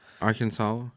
Arkansas